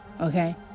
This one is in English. okay